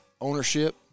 ownership